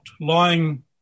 lying